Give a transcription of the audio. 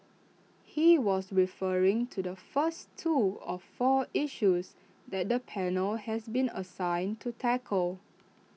he was referring to the first two of four issues that the panel has been assigned to tackle